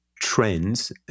trends